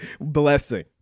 Blessing